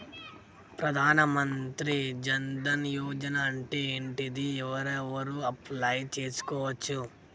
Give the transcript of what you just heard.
ప్రధాన మంత్రి జన్ ధన్ యోజన అంటే ఏంటిది? ఎవరెవరు అప్లయ్ చేస్కోవచ్చు?